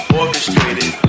orchestrated